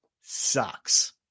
sucks